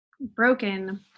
broken